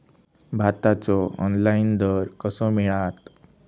भाताचो ऑनलाइन दर कसो मिळात?